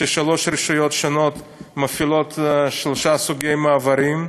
כששלוש רשויות שונות מפעילות שלושה סוגי מעברים.